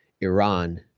Iran